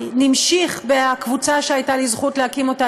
המשיך בקבוצה שהייתה לי זכות להקים אותה,